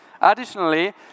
Additionally